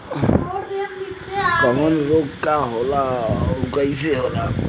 कवक रोग का होला अउर कईसन होला?